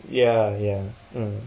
ya ya mm